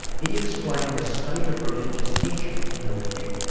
he explained the state of religious tension in the region.